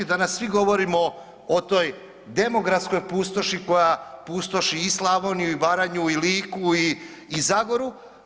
Danas svi govorimo o toj demografskoj pustoši koja pustoši i Slavoniju i Baranju i Liku i Zagoru.